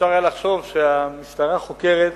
ואפשר היה לחשוב שהמשטרה חוקרת